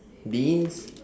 beans